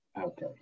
Okay